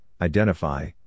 identify